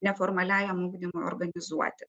neformaliajam ugdymui organizuoti